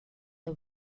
the